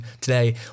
today